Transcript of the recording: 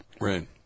Right